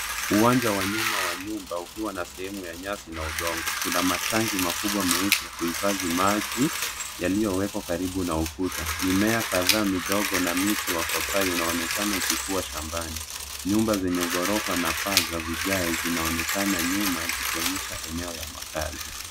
Uwanja wa nyuma wa nyumba ukiwa na sehemu ya nyasi na udongo. Kuna matangi makubwa meusi ya kuhifadhi maji yaliyowekwa karibu na ukuta. Mimea kadhaa kidogo mti wa paipai unaonekana ukikua shambani. Nyumba zenye ghorofa na paa za vigae zinaonekana nyuma zikionyesha eneo ya makazi.